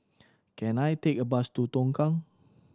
can I take a bus to Tongkang